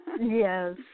Yes